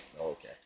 Okay